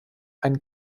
einen